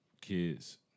kids